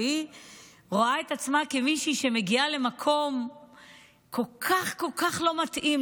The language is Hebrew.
והיא רואה את עצמה כמישהי שמגיעה למקום כל כך לא מתאים,